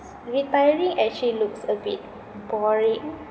retiring actually looks a bit boring